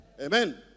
Amen